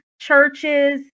churches